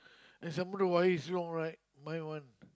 and some more the wire is long right my one